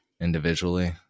Individually